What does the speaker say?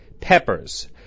peppers